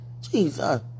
Jesus